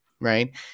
right